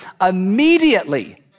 immediately